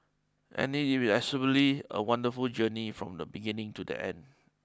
and it is absolutely a wonderful journey from the beginning to the end